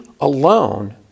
alone